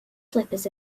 slippers